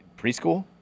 Preschool